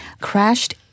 crashed